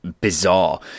bizarre